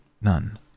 None